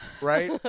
right